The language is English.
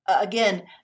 again